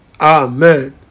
Amen